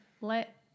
Let